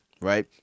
right